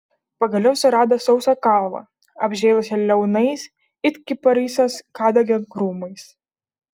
pagaliau surado sausą kalvą apžėlusią liaunais it kiparisas kadagio krūmais